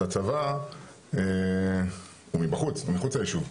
אז הצבא הוא מחוץ ליישוב,